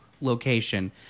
location